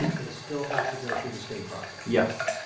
they still have to go through the state process. yes.